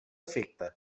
efecte